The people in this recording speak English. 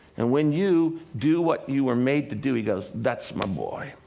and when you do what you were made to do, he goes, that's my boy!